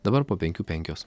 dabar po penkių penkios